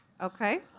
Okay